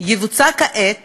יבוצע כעת